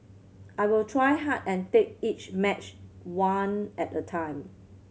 I will try hard and take each match one at a time